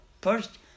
First